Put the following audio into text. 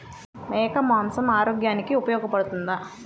మేక మాంసం ఆరోగ్యానికి ఉపయోగపడుతుందా?